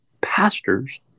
pastors